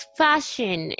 fashion